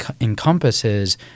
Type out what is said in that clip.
encompasses